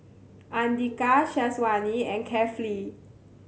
Andika Syazwani and Kefli